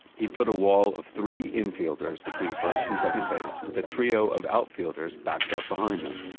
he put a wall of three infielders between first and second base with a trio of outfielders backed up behind them.